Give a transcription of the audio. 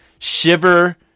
Shiver